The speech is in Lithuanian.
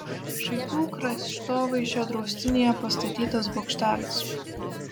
šaipių kraštovaizdžio draustinyje pastatytas bokštelis